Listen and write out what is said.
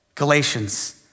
Galatians